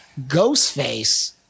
Ghostface